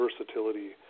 versatility